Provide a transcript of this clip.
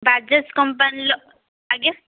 ବାଜାଜ କମ୍ପାନୀର ଆଜ୍ଞା